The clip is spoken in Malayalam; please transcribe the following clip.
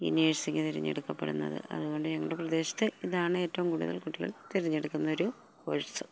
ഈ നേഴ്സിംഗ് തിരഞ്ഞെടുക്കപ്പെടുന്നത് അതുകൊണ്ട് ഞങ്ങളുടെ പ്രദേശത്ത് ഇതാണ് ഏറ്റവും കൂടുതൽ കുട്ടികൾ തിരഞ്ഞെടുക്കുന്ന ഒരു കോഴ്സ്